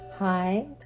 Hi